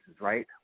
right